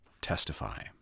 testify